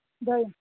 द्वयं